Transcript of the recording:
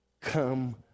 come